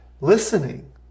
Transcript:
Listening